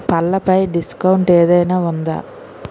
పళ్ళపై discount ఏదైనా ఉందా